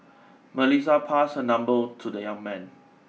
Melissa passed her number to the young man